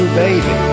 baby